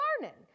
learning